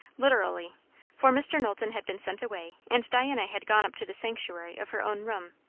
literally for mr. knowlton had been sent away, and diana had gone up to the sanctuary of her own room.